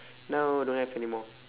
now don't have anymore